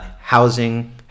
housing